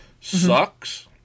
sucks